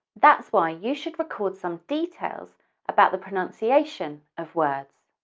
that's why you should record some details about the pronunciation of words.